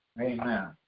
Amen